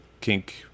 kink